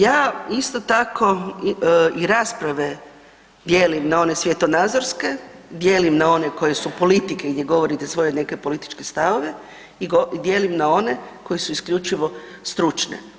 Ja isto tako i rasprave dijelim na one svjetonazorske, dijelim na one koje su politike i gdje govorite svoje neke političke stavove i dijelim na one koje su isključivo stručne.